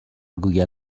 گوگل